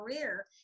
career